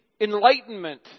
enlightenment